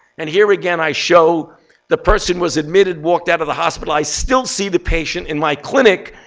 and here, again, i show the person was admitted walked out of the hospital. i still see the patient in my clinic,